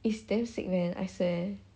it's damn sick man I swear